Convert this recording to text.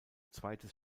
zweites